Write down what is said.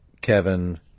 kevin